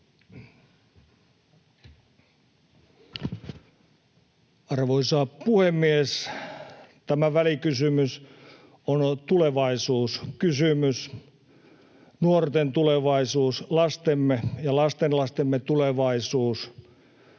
Arvoisa puhemies! Tämä välikysymys on tulevaisuuskysymys. Nuorten tulevaisuus, lastemme ja lastenlastemme tulevaisuus,